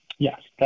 Yes